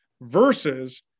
versus